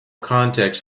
context